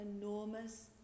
enormous